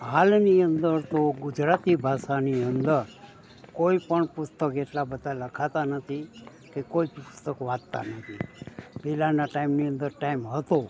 હાલની અંદર તો ગુજરાતી ભાષાની અંદર કોઈપણ પુસ્તક એટલાં બધાં લખાતાં નથી કે કોઈ પુસ્તક વાંચતાં નથી પહેલાના ટાઈમની અંદર ટાઈમ હતો